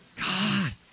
God